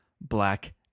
Black